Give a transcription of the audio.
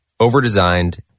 overdesigned